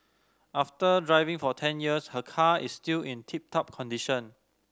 after driving for ten years her car is still in tip top condition